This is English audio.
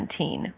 2017